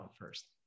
first